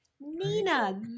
Nina